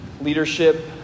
leadership